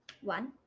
one